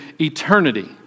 eternity